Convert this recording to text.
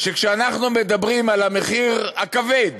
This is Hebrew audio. שכשאנחנו מדברים על המחיר הכבד